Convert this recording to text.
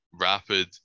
rapid